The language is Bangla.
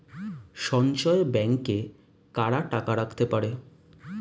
সঞ্চয় ব্যাংকে কারা টাকা রাখতে পারে?